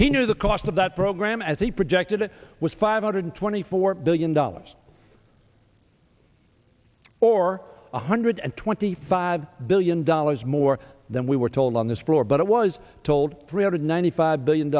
he knew the cost of that program as he projected it was five hundred twenty four billion dollars or one hundred and twenty five billion dollars more than we were told on this floor but it was told three hundred ninety five billion